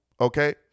okay